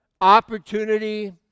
opportunity